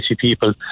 people